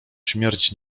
śmierć